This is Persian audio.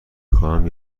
خواهم